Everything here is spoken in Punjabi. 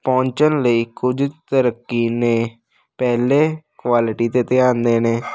ਪਹੁੰਚਣ ਲਈ ਕੁਝ ਤਰੱਕੀ ਨੇ ਪਹਿਲੇ ਕੁਆਲਿਟੀ 'ਤੇ ਆਉਂਦੇ ਨੇ